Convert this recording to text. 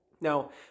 Now